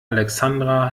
alexandra